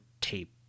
tape